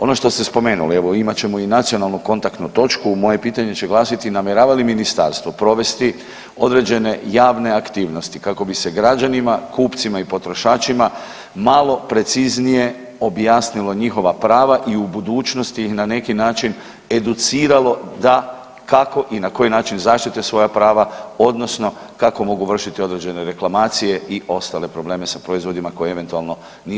Ono što ste spomenuli, evo, imat ćemo i Nacionalnu kontaktnu točku, moje pitanje će glasiti, namjerava li Ministarstvo provesti određene javne aktivnosti kako bi se građanima, kupcima i potrošačima malo preciznije objasnilo njihova prava i u budućnosti, na neki način, educiralo da kako i na koji način zaštite svoja prava, odnosno kako mogu vršiti određene reklamacije i ostale probleme sa proizvodima koji eventualno nisu u sukladnosti?